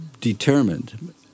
determined